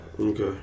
Okay